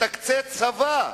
תקצה צבא,